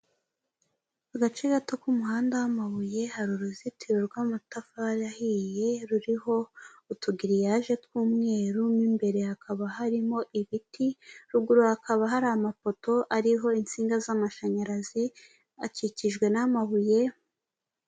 Agace gato k'umuhanda w'amabuye hari uruzitiro rw'amatafari ahiye ruriho utugiriyaje tw'umweru, mu imbere hakaba harimo ibiti, ruguru hakaba hari amafoto ariho insinga z'amashanyarazi akikijwe n'amabuye.